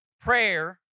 prayer